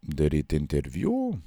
daryti interviu